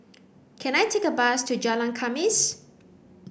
can I take a bus to Jalan Khamis